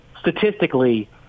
statistically